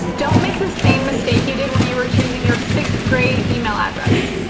don't make the same mistake you did when you were choosing your sixth grade email address.